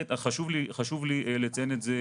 חשוב לי לציין את זה,